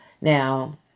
Now